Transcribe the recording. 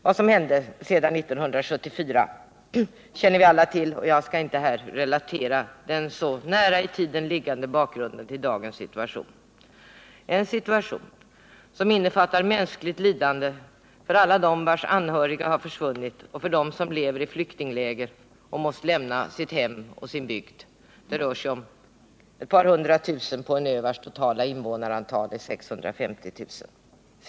Vad som sedan hände 1974 känner vi alla till, och jag skall inte här relatera den så nära i tiden liggande bakgrunden till dagens situation, en situation som innefattar mänskligt lidande för alla dem vars anhöriga försvunnit och för dem som lever i flyktingläger och måst lämna sina hem och sin bygd. Det rör Nr 48 sig om ett par hundratusen på en ö vars invånarantal är ca 650 000.